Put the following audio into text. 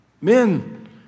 Men